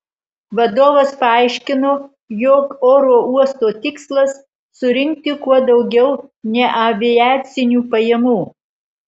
vadovas paaiškino jog oro uosto tikslas surinkti kuo daugiau neaviacinių pajamų